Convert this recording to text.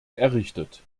errichtet